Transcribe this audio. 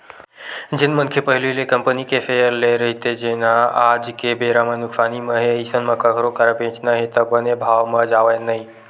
जेन मनखे पहिली ले कंपनी के सेयर लेए रहिथे जेनहा आज के बेरा म नुकसानी म हे अइसन म कखरो करा बेंचना हे त बने भाव म जावय नइ